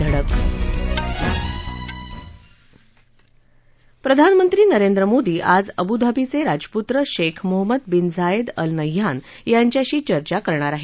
धडक प्रधानमंत्री नरेंद्र मोदी आज अबुधाबीचे राजपुत्र Sheikh Mohammed bin Zayed Al Nahyan यांच्याशी चर्चा करणार आहेत